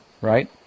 Right